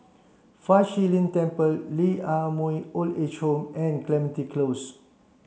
Fa Shi Lin Temple Lee Ah Mooi Old Age Home and Clementi Close